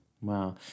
Wow